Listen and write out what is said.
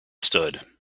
stood